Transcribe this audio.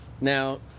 Now